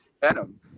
venom